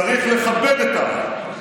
צריך לכבד את העם.